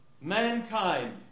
mankind